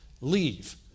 Leave